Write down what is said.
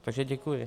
Takže děkuji.